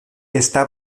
está